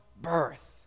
birth